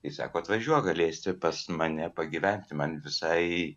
ji sako atvažiuok galėsi pas mane pagyventi man visai